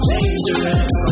Dangerous